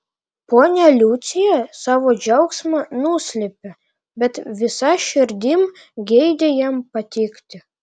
ponia liucija savo džiaugsmą nuslėpė bet visa širdim geidė jam patikti